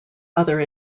other